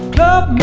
Club